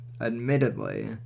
admittedly